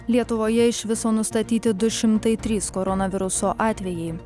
lietuvoje iš viso nustatyti du šimtai trys koronaviruso atvejai